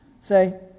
say